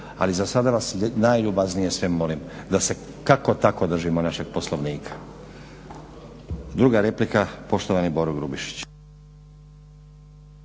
Ali za sada vas najljubaznije sve molim da se kako tako držimo našeg poslovnika. Druga replika poštovani Boro Grubišić.